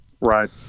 right